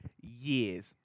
years